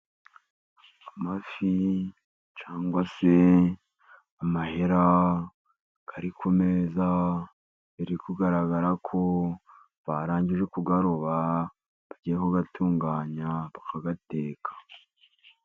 Amafi cyangwa se amahera ari ku meza, biri kugaragara ko barangije kuyaroba, bagiye kuyatunganya bakayateka.